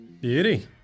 Beauty